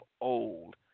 old